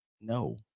No